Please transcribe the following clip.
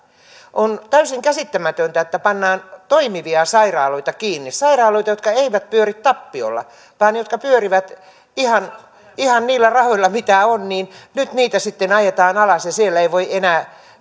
on täysin käsittämätöntä että pannaan toimivia sairaaloita kiinni sairaaloita jotka eivät pyöri tappiolla vaan jotka pyörivät ihan ihan niillä rahoilla mitä on nyt niitä sitten ajetaan alas ja siellä ei voi enää